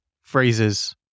phrases